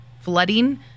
flooding